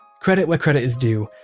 credit where credit is due,